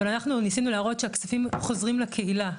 אבל אנחנו ניסינו להראות שהכספים חוזרים לקהילה.